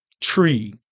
tree